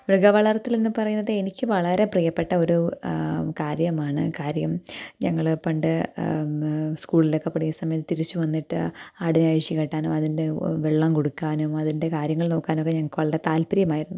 മൃഗ വളർത്തലെന്ന് പറയുന്നത് എനിക്ക് വളരെ പ്രിയപ്പെട്ട ഒരു കാര്യമാണ് കാര്യം ഞങ്ങൾ പണ്ട് സ്കൂളിലൊക്കെ പഠിക്കുന്ന സമയത്ത് തിരിച്ച് വന്നിട്ട് ആടിനെ അഴിച്ച് കെട്ടാനും അതിൻ്റെ വെള്ളം കൊടുക്കാനും അതിൻ്റെ കാര്യങ്ങൾ നോക്കാനുമൊക്കെ ഞങ്ങൾക്ക് വളരെ താൽപ്പര്യമായിരുന്നു